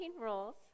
rules